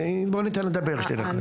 בואי ניתן לה לדבר שתי דקות.